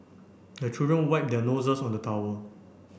the children wipe their noses on the towel